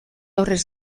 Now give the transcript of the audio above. horrez